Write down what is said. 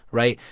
right?